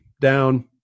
down